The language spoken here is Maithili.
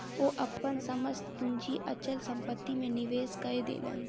ओ अपन समस्त पूंजी अचल संपत्ति में निवेश कय देलैन